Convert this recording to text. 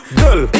girl